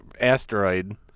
asteroid